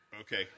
Okay